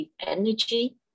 energy